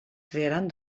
crearen